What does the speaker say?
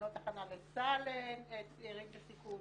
מכינות הכנה לצה"ל לצעירים בסיכון,